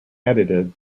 edited